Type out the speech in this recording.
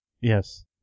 Yes